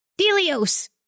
Delios